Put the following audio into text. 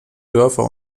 dörfer